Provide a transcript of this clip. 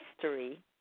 history